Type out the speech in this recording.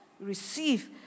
receive